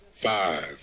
five